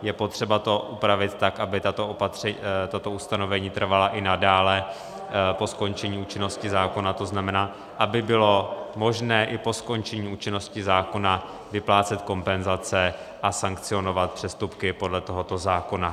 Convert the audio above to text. Je potřeba to upravit tak, aby tato ustanovení trvala i nadále po skončení účinnosti zákona, to znamená, aby bylo možné i po skončení účinnosti zákona vyplácet kompenzace a sankcionovat přestupky podle tohoto zákona.